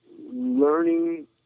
learning